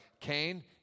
Cain